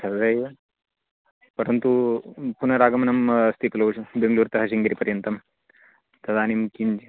तदेव परन्तु पुनरागमनम् अस्ति खलु बेङ्ग्ळूर् तः शृङ्गेरि पर्यन्तं तदानीं किं